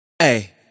Hey